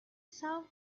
sound